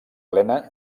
plena